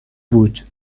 بود